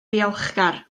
ddiolchgar